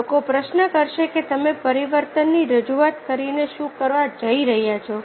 લોકો પ્રશ્ન કરશે કે તમે પરિવર્તનની રજૂઆત કરીને શું કરવા જઈ રહ્યા છો